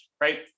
right